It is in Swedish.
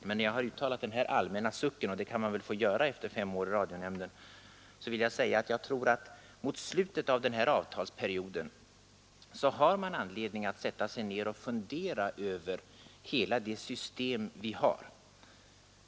Sedan jag har uttalat den här allmänna sucken — och det kan man väl få göra efter fem år i radionämnden =— vill jag säga att jag tror att man mot slutet av den här avtalsperioden har anledning att sätta sig ner och fundera över hela det system vi har.